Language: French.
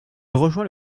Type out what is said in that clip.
rejoint